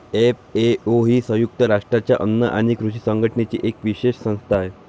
FAO ही संयुक्त राष्ट्रांच्या अन्न आणि कृषी संघटनेची एक विशेष संस्था आहे